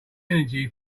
energy